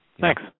Thanks